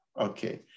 okay